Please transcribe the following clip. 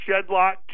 Shedlock